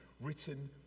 written